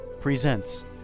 presents